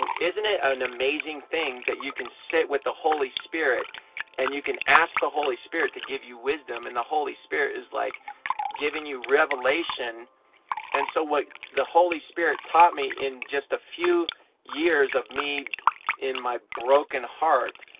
isn't it an amazing thing that you can sit with the holy spirit and you can ask the holy spirit to give you wisdom and the holy spirit is like giving you revelation and so what the holy spirit taught me in just a few years of me in my broken heart,